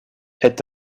est